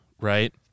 right